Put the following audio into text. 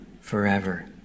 forever